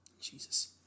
Jesus